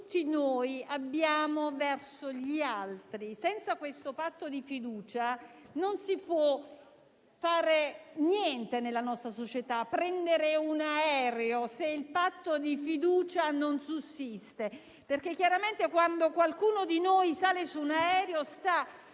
tutti noi abbiamo verso gli altri. Senza questo patto di fiducia non si può fare niente nella nostra società. Non si può prendere un aereo, se il patto di fiducia non sussiste, perché chiaramente, quando qualcuno di noi sale su un aereo, sta